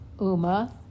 Uma